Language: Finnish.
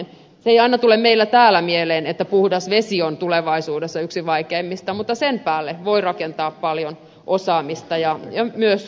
se ei aina tule meille täällä mieleen että puhdas vesi on tulevaisuudessa yksi vaikeimmista mutta sen päälle voi rakentaa paljon osaamista ja myös työpaikkoja ja liiketoimintaa